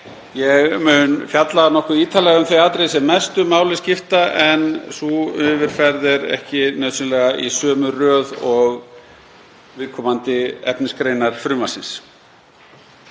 Ég mun fjalla nokkuð ítarlega um þau atriði sem mestu máli skipta en sú yfirferð er ekki nauðsynlega í sömu röð og viðkomandi efnisgreinar frumvarpsins.